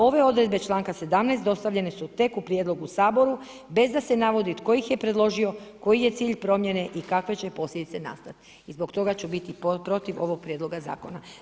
Ove odredbe članka 17. dostavljene su tek u prijedlogu Saboru bez da se navodi tko ih je predložio, koji je cilj promjene i kakve će posljedice nastati i zbog toga ću biti protiv ovoga Prijedloga zakona.